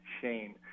Shane